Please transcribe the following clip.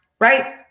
right